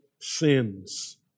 sins